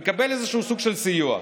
הוא מקבל איזשהו סוג של סיוע.